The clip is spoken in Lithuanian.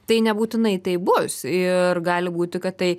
tai nebūtinai taip bus ir gali būti kad tai